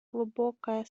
глубокая